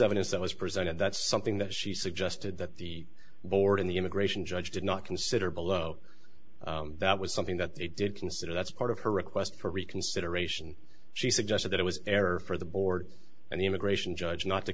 evidence that was presented that's something that she suggested that the board in the immigration judge did not consider below that was something that they did consider that's part of her request for reconsideration she suggested that it was error for the board and the immigration judge not to